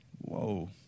Whoa